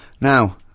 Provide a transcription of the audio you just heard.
Now